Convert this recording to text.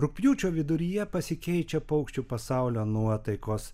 rugpjūčio viduryje pasikeičia paukščių pasaulio nuotaikos